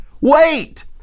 Wait